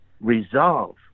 resolve